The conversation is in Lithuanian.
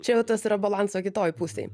čia jau tas yra balanso kitoj pusėj